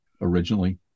originally